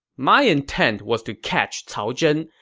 my intent was to catch cao zhen,